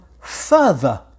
further